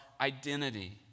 identity